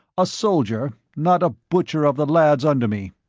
a soldier, not a butcher of the lads under me.